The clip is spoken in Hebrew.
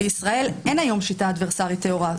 בישראל אין היום שיטה אדוורסרית טהורה.